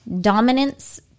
dominance